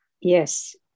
Yes